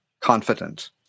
confident